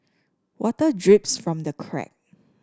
water drips from the crack